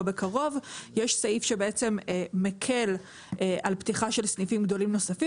בקרוב יש סעיף שמקל על פתיחה של סניפים גדולים נוספים